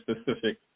specific